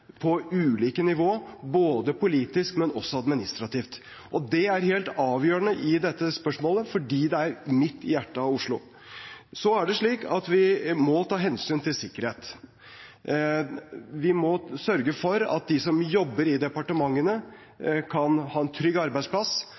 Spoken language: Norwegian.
på ulike nivåer, både politisk og administrativt. Det er helt avgjørende i dette spørsmålet, fordi det er midt i hjertet av Oslo. Så er det slik at vi må ta hensyn til sikkerhet. Vi må sørge for at de som jobber i departementene, kan ha en trygg arbeidsplass,